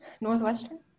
Northwestern